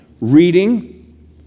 Reading